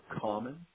common